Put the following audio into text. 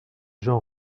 jean